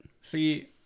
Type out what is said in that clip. See